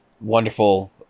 wonderful